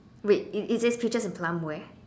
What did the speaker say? wait it it says peaches and plum where